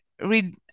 read